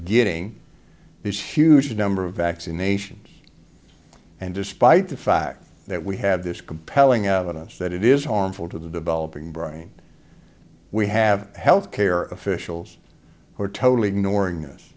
getting these huge number of vaccinations and despite the fact that we have this compelling evidence that it is harmful to the developing brain we have health care officials who are totally ignoring